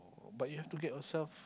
but you have to get yourself